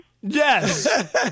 Yes